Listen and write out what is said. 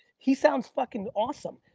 he sounds fucking awesome.